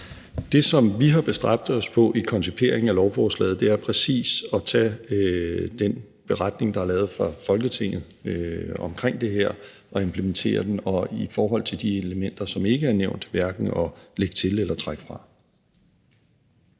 Det, som vi har bestræbt os på i konciperingen af lovforslaget, er præcis at tage den beretning, der er lavet fra Folketinget omkring det her, og implementere den og i forhold til de elementer, som ikke er nævnt, hverken at lægge til eller trække fra.